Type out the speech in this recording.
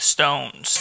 Stones